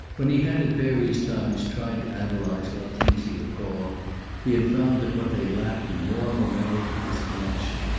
when he had at various times tried to analyze what things he recalled he had found that what they lacked of normal memory was connection.